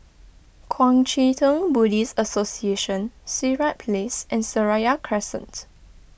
Kuang Chee Tng Buddhist Association Sirat Place and Seraya Crescent